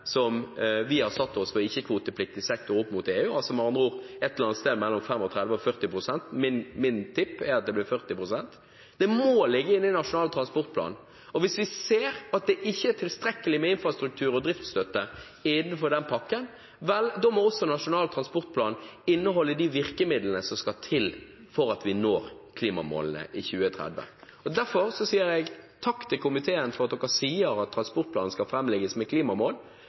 som vi har satt oss for ikke-kvotepliktig sektor opp mot EU, altså med andre ord et eller annet sted mellom 35 pst. og 40 pst. Mitt tips er at det blir 40 pst. Det må ligge inne i Nasjonal transportplan, og hvis vi ser at det ikke er tilstrekkelig med infrastruktur og driftsstøtte innenfor den pakken, må også Nasjonal transportplan inneholde de virkemidlene som skal til for at vi når klimamålene innen 2030. Derfor sier jeg takk til komiteen for at den sier at transportplanen skal framlegges med klimamål.